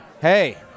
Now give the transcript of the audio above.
hey